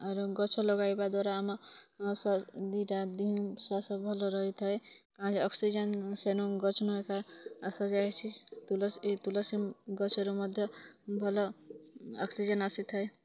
ଆର ଗଛ ଲଗାଇବା ଦ୍ୱାରା ଆମ ଦୁଇଟା ସ୍ୱାସ୍ଥ୍ୟ ଭଲ ରହିଥାଏ ଅକ୍ସିଜେନ୍ ସେନୁ ଗଛନୁ ଏକା ଆସୁଯାଇଛି ତୁଲସୀ ତୁଲସୀ ଗଛରୁ ମଧ୍ୟ ଭଲ ଅକ୍ସିଜେନ୍ ଆସିଥାଏ